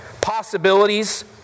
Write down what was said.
Possibilities